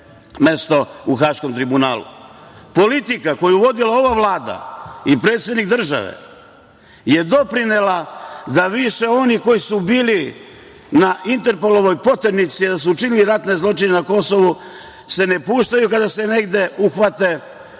mesto, u Haškom tribunalu. Politika koju je vodila ova Vlada i predsednik države je doprinela da više oni koji su bili na Interpolovoj poternici da su učinili ratne zločine na Kosovu se ne puštaju kada se negde uhvate u svetu,